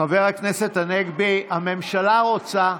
חבר הכנסת הנגבי, הממשלה רוצה,